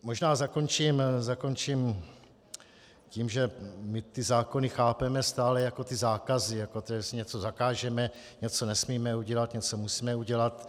Možná zakončím tím, že my ty zákony chápeme stále jako zákazy, jako to, že něco zakážeme, něco nesmíme udělat, něco musíme udělat.